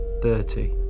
Thirty